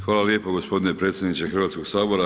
Hvala lijepo gospodine predsjedniče Hrvatskog sabora.